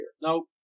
Nope